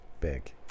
big